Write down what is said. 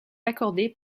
accordée